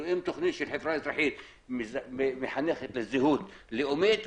אם תכנית של חברה אזרחית מחנכת לזהות לאומית,